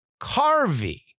Carvey